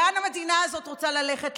לאן המדינה הזאת רוצה ללכת?